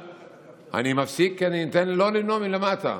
אני מפסיק כי אני נותן לו לנאום מלמטה.